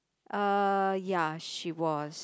uh ya she was